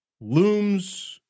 looms